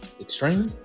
Extreme